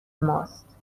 ماست